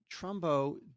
Trumbo